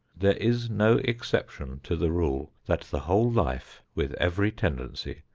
there is no exception to the rule that the whole life, with every tendency,